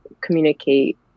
communicate